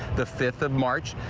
the fifth of march.